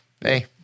hey